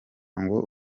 ngo